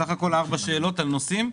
סך הכול 4 שאלות על נושאים.